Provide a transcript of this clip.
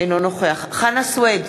אינו נוכח חנא סוייד,